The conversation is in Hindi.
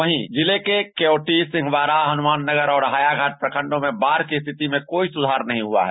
वहीं जिले के केवटी सिंहवाड़ा हनुमाननगर और हाया घाट प्रखंडों में बाढ़ की स्थिति में कोई सुधार नहीं हुआ है